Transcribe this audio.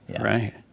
Right